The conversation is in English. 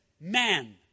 man